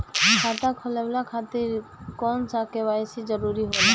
खाता खोलवाये खातिर कौन सा के.वाइ.सी जरूरी होला?